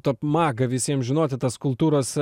top maga visiem žinoti tas kultūras